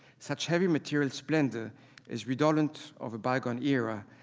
such heavy material splendor is redolent of a bygone era,